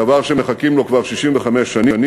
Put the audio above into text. דבר שמחכים לו כבר 65 שנים.